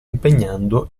impegnando